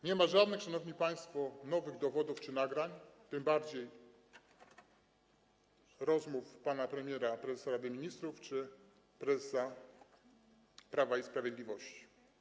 Nie ma żadnych, szanowni państwo, nowych dowodów czy nagrań, tym bardziej rozmów pana premiera, prezesa Rady Ministrów, czy prezesa Prawa i Sprawiedliwości.